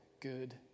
good